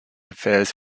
affairs